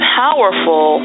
powerful